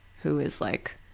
who was like